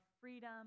freedom